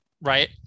right